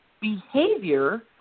Behavior